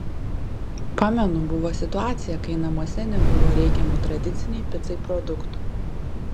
pamenu buvo situacija kai namuose nebuvo reikiamų tradicinei picai produktų